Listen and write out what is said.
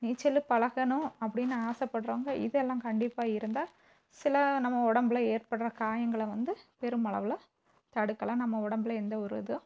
நீச்சல் பழகணும் அப்படின்னு ஆசப்படுறவங்க இது எல்லாம் கண்டிப்பாக இருந்தால் சில நம்ம உடம்புல ஏற்படுற காயங்கள் வந்து பெரும் அளவில் தடுக்கலாம் நம்ம உடம்புல எந்த ஒரு இதுவும்